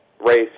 race